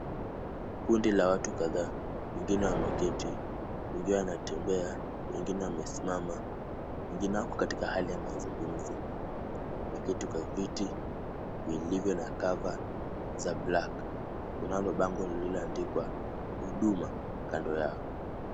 Kundi la watu kadhaa, wengine wameketi, wengine wanatembea, wengine wamesimama, wengine wako katika hali ya mazungumzo. Wameketi kwa viti vilivyo na cover za black . Kunalo bango lililoandikwa huduma kando yao.